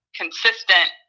consistent